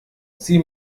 sie